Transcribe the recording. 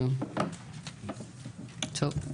טוב.